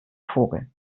vogel